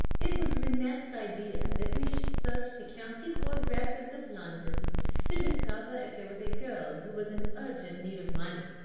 it was rennett's idea that we should search the county court records of london to discover if there was a girl who was in urgent need of money.